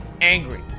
angry